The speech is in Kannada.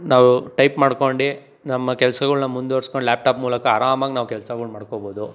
ನಾವು ಟೈಪ್ ಮಾಡ್ಕೊಂಡು ನಮ್ಮ ಕೆಲಸಗಳ್ನ ಮುಂದ್ವರಿಸ್ಕೊಂಡು ಲ್ಯಾಪ್ಟಾಪ್ ಮೂಲಕ ಆರಾಮಾಗಿ ನಾವು ಕೆಲಸಗಳು ಮಾಡ್ಕೊಬೋದು